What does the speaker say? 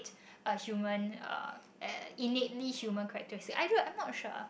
a human uh innately human characteristic I do I'm not sure